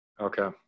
Okay